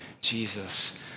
Jesus